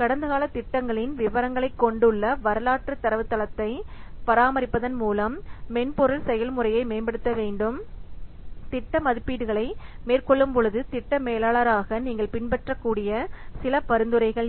கடந்த கால திட்டங்களின் விவரங்களைக் கொண்டுள்ள வரலாற்றுத் தரவுத்தளத்தைப் பராமரிப்பதன் மூலம் மென்பொருள் செயல்முறையை மேம்படுத்த வேண்டும் திட்ட மதிப்பீடுகளை மேற்கொள்ளும்போது திட்ட மேலாளராக நீங்கள் பின்பற்றக்கூடிய சில பரிந்துரைகள் இவை